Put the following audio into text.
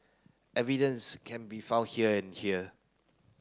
evidence can be found here and here